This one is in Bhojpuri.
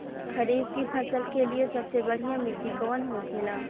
खरीफ की फसल के लिए सबसे बढ़ियां मिट्टी कवन होखेला?